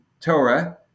torah